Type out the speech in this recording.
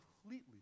completely